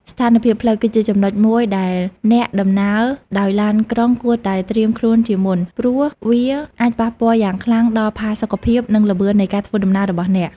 ស្ថានភាពផ្លូវ គឺជាចំណុចមួយដែលអ្នកដំណើរដោយឡានក្រុងគួរតែត្រៀមខ្លួនជាមុន ព្រោះវាអាចប៉ះពាល់យ៉ាងខ្លាំងដល់ផាសុកភាព និងល្បឿននៃការធ្វើដំណើររបស់អ្នក។